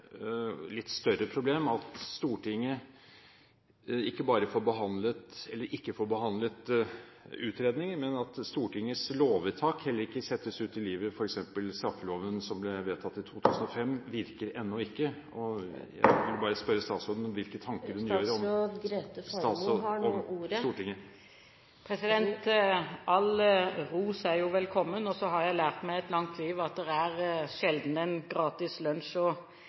litt større problem at ikke bare får ikke Stortinget behandlet utredninger, men Stortingets lovvedtak settes heller ikke ut i livet. Straffeloven, som ble vedtatt i 2005, virker f.eks. ennå ikke. Jeg ville bare spørre statsråden om hvilke tanker hun gjør seg om det. All ros er velkommen, og så har jeg lært meg i et langt liv at det sjelden er en gratis